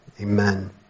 Amen